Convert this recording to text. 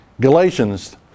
Galatians